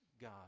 God